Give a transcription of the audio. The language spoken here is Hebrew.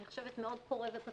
אני חושבת מאוד פורה ופתוח,